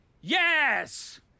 yes